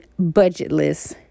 budgetless